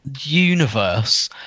universe